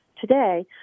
today